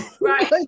right